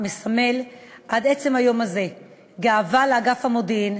מסמל עד עצם היום הזה גאווה לאגף המודיעין,